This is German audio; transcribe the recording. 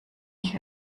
ich